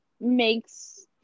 makes